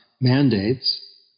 mandates